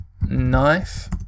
knife